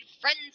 friends